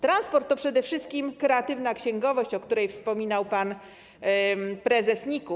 Transport to przede wszystkim kreatywna księgowość, o której wspominał pan prezes NIK-u.